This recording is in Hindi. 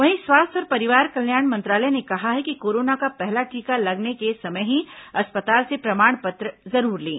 वहीं स्वास्थ्य और परिवार कल्याण मंत्रालय ने कहा है कि कोरोना का पहला टीका लगने के समय ही अस्पताल से प्रमाण पत्र जरूर लें